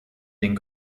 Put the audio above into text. den